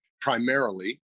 primarily